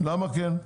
למה כן?